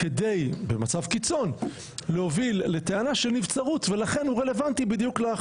במצב קיצון כדי להוביל לטענה של נבצרות ולכן הוא רלוונטי בדיוק לחוק.